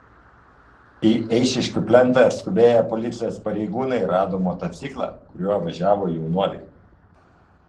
į eišiškių plentą atskubėję policijos pareigūnai rado motociklą kuriuo važiavo jaunuoliai